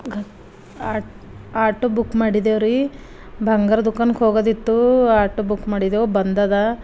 ಘರ್ ಆಟ್ auto book ಮಾಡಿದೇವ್ರಿ ಬಂಗಾರ ದುಖಾನ್ಗೆ ಹೋಗೋದಿತ್ತು ಆಟೋ ಬುಕ್ ಮಾಡಿದ್ದೆವು ಬಂದದ